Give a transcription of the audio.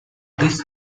the